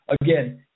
again